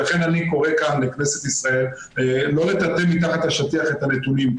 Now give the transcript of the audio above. ולכן אני קורא כאן לכנסת ישראל לא לטאטא מתחת לשטח את הנתונים.